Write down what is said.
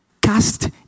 cast